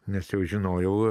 nes jau žinojau